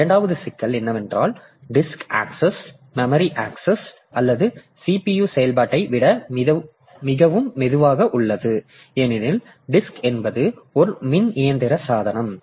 இரண்டாவது சிக்கல் என்னவென்றால் டிஸ்க் ஆக்சஸ் மெமரி ஆக்சஸ் அல்லது CPU செயல்பாட்டை விட மிகவும் மெதுவாக உள்ளது ஏனெனில் டிஸ்க் என்பது ஒரு மின் இயந்திர சாதனம்